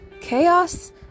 chaos